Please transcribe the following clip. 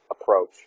approach